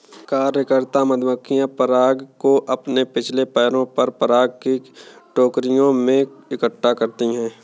कार्यकर्ता मधुमक्खियां पराग को अपने पिछले पैरों पर पराग की टोकरियों में इकट्ठा करती हैं